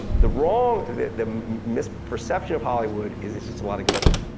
the wrong, the misperception of hollywood is it's just a lot of glitter.